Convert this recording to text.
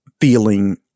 feeling